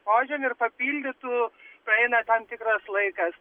požemį ir papildytų praeina tam tikras laikas